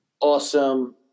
awesome